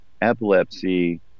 epilepsy